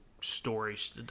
stories